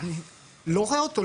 אני לא רואה אותו.